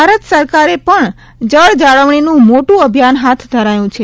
ભારત સરકારે પણ જળ જાળવણીનું મોટું અભિવાદન હાથ ધરાયું છે